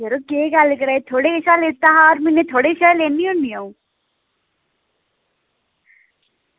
यरो केह् गल्ल करा दे थुआढ़े कशा लैता हा ते हर म्हीनै थुआढ़े कशा गै लैन्नी होन्नी अं'ऊ